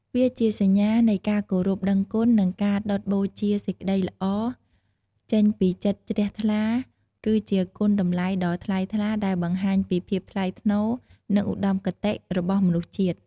វាជាសញ្ញានៃការគោរពដឹងគុណ និងការដុតបូជាសេចក្តីល្អចេញពីចិត្តជ្រះថ្លា គឺជាគុណតម្លៃដ៏ថ្លៃថ្លាដែលបង្ហាញពី ភាពថ្លៃថ្នូរ និងឧត្តមគតិ របស់មនុស្សជាតិ។